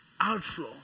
outflow